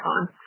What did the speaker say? on